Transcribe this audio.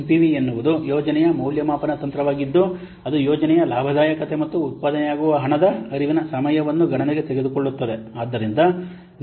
NPV ಎನ್ನುವುದು ಯೋಜನೆಯ ಮೌಲ್ಯಮಾಪನ ತಂತ್ರವಾಗಿದ್ದು ಅದು ಯೋಜನೆಯ ಲಾಭದಾಯಕತೆ ಮತ್ತು ಉತ್ಪಾದನೆಯಾಗುವ ಹಣದ ಹರಿವಿನ ಸಮಯವನ್ನು ಗಣನೆಗೆ ತೆಗೆದುಕೊಳ್ಳುತ್ತದೆ